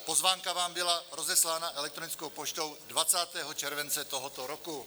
Pozvánka vám byla rozeslána elektronickou poštou 20. července tohoto roku.